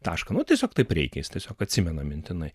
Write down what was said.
tašką nu tiesiog taip reikia jis tiesiog atsimena mintinai